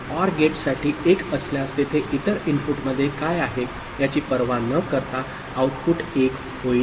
OR गेटसाठी 1 असल्यास तेथे इतर इनपुटमध्ये काय आहे याची पर्वा न करता आउटपुट 1 होईल